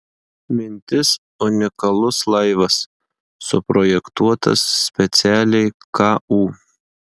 mintis unikalus laivas suprojektuotas specialiai ku